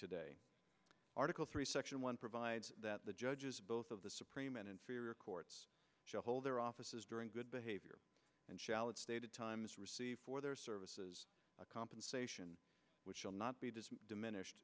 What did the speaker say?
today article three section one provides that the judges both of the supreme and inferior courts hold their offices during good behavior and challenge stated times receive for their services a compensation which shall not be diminished